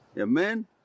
Amen